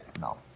no